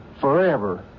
forever